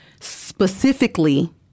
specifically